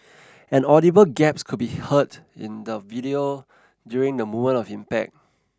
an audible gaps could be heard in the video during the moment of impact